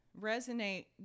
resonate